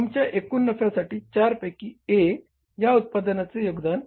फर्मच्या एकूण नफ्यासाठी चार पैकी A या उत्पादनाचे योगदान